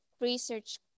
research